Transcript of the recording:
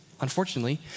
unfortunately